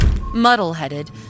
Muddle-headed